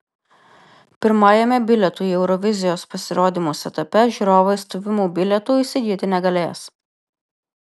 pirmajame bilietų į eurovizijos pasirodymus etape žiūrovai stovimų bilietų įsigyti negalės